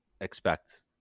expect